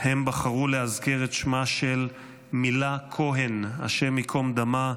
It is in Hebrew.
הם בחרו לאזכר את שמה של מילה כהן, השם ייקום דמה,